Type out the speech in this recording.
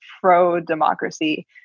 pro-democracy